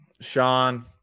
Sean